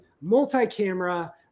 multi-camera